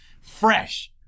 Fresh